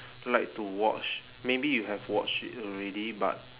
like to watch maybe you have watched it already but